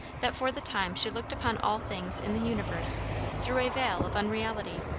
that for the time she looked upon all things in the universe through a veil of unreality.